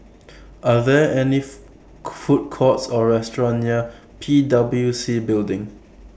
Are There any Food Courts Or restaurants near P W C Building